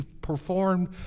performed